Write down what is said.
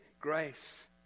grace